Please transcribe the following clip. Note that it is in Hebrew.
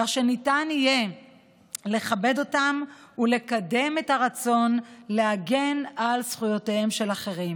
כך שניתן יהיה לכבד אותן ולקדם את הרצון להגן על זכויותיהם של אחרים.